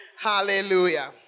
Hallelujah